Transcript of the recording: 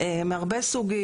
מהרבה סוגים.